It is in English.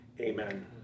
amen